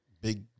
big